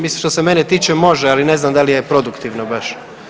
Mislim što se mene tiče može, ali ne znam da li produktivno baš.